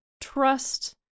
trust